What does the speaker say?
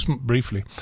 briefly